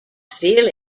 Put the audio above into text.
feel